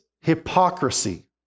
hypocrisy